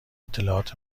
اطلاعات